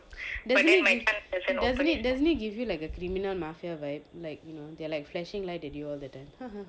doesn't it give doesn't it doesn't it give you like a criminal mafia vibe like you know they are like flashing light at you all the time